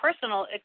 personal